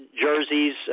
jerseys